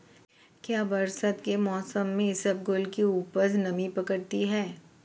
क्या बरसात के मौसम में इसबगोल की उपज नमी पकड़ती है?